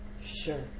Sure